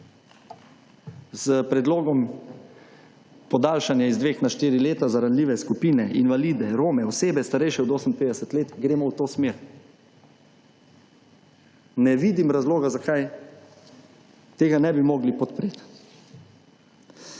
S predlogom podaljšanja iz dveh na štiri leta za ranljive skupine, invalide, Rome, osebe starejše od 58 let, gremo v to smer. Ne vidim razloga zakaj tega ne bi mogli podpreti.